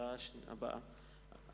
ההודעה הבאה,